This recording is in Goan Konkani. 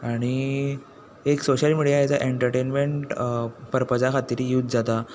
आनी एक social media as a entertainment पर्पझा खातीरूय यूज जाता